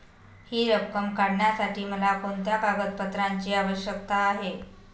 हि रक्कम काढण्यासाठी मला कोणत्या कागदपत्रांची आवश्यकता आहे?